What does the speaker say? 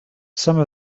some